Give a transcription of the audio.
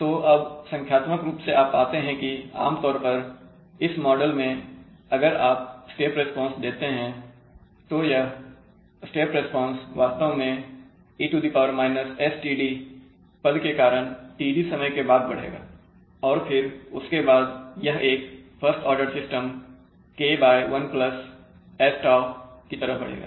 तो अब संख्यात्मक रूप से आप पाते हैं कि आमतौर पर इस मॉडल में अगर आप एक स्टेप रिस्पांस लेते हैं तो यह स्टेप रिस्पांस वास्तव में e std पद के कारण td समय के बाद बढ़ेगा और फिर उसके बाद यह एक first order system k 1 sτ की तरह बढ़ेगा